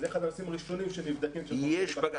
וזה אחד הנושאים הראשונים שנבדקים כשאנחנו מגיעים לבקרה בבית הספר.